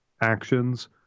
actions